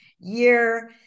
year